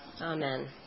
amen